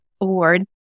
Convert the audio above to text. award